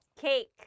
Cake